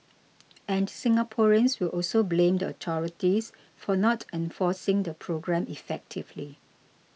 and Singaporeans will also blame the authorities for not enforcing the programme effectively